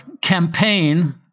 campaign